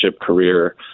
career